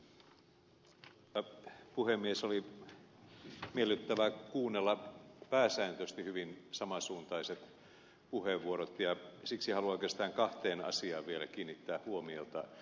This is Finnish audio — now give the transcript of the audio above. oli miellyttävää kuunnella pääsääntöisesti hyvin samansuuntaiset puheenvuorot ja siksi haluan oikeastaan kahteen asiaan vielä kiinnittää huomiota